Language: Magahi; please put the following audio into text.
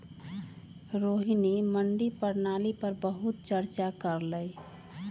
रोहिणी मंडी प्रणाली पर बहुत चर्चा कर लई